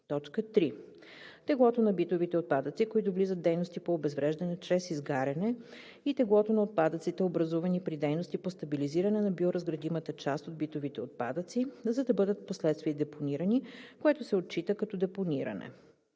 3. теглото на битовите отпадъци, които влизат в дейности по обезвреждане чрез изгаряне, и теглото на отпадъците, образувани при дейности по стабилизиране на биоразградимата част от битовите отпадъци, за да бъдат впоследствие депонирани, което се отчита като депониране;